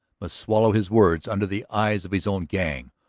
must swallow his words under the eyes of his own gang,